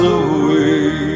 away